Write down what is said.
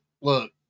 look